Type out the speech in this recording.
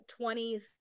20s